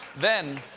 then,